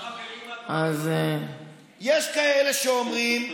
חברים, יש כאלה שאומרים,